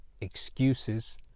excuses